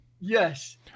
Yes